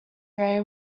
very